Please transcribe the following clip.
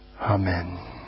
Amen